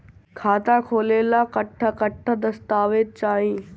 खाता खोले ला कट्ठा कट्ठा दस्तावेज चाहीं?